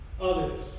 others